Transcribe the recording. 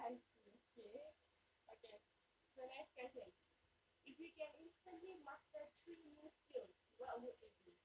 I see okay okay so next question if you can instantly master three new skills what would they be